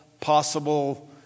possible